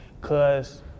cause